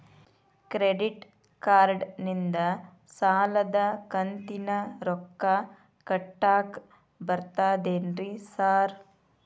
Credit ಕಾರ್ಡನಿಂದ ಸಾಲದ ಕಂತಿನ ರೊಕ್ಕಾ ಕಟ್ಟಾಕ್ ಬರ್ತಾದೇನ್ರಿ ಸಾರ್?